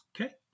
Okay